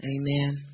Amen